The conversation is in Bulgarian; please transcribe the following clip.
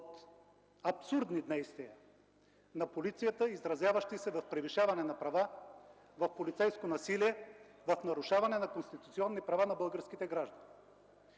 от абсурдни действия на полицията, изразяващи се в превишаване на права, в полицейско насилие, в нарушаване на конституционни права на българските граждани.